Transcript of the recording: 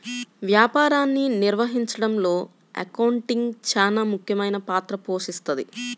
వ్యాపారాన్ని నిర్వహించడంలో అకౌంటింగ్ చానా ముఖ్యమైన పాత్ర పోషిస్తది